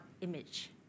image